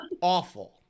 awful